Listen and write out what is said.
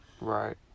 Right